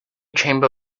chamber